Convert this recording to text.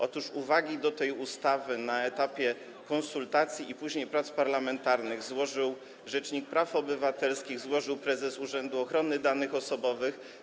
Otóż uwagi do tej ustawy na etapie konsultacji, a później prac parlamentarnych złożył rzecznik praw obywatelskich, a także prezes Urzędu Ochrony Danych Osobowych.